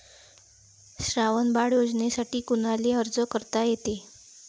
श्रावण बाळ योजनेसाठी कुनाले अर्ज करता येते?